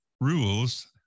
rules